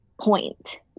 point